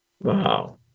Wow